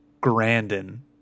Grandin